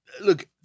Look